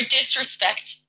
disrespect